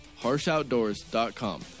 HarshOutdoors.com